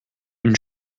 une